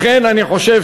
לכן אני תומך